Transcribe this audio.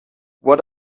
what